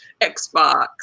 Xbox